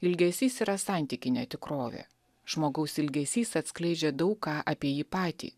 ilgesys yra santykinė tikrovė žmogaus ilgesys atskleidžia daug ką apie jį patį